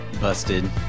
Busted